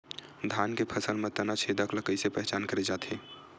धान के फसल म तना छेदक ल कइसे पहचान करे जाथे?